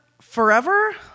forever